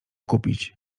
kupić